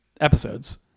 episodes